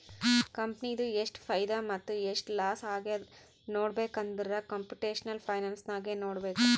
ಕಂಪನಿದು ಎಷ್ಟ್ ಫೈದಾ ಮತ್ತ ಎಷ್ಟ್ ಲಾಸ್ ಆಗ್ಯಾದ್ ನೋಡ್ಬೇಕ್ ಅಂದುರ್ ಕಂಪುಟೇಷನಲ್ ಫೈನಾನ್ಸ್ ನಾಗೆ ನೋಡ್ಬೇಕ್